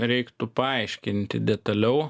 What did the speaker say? reiktų paaiškinti detaliau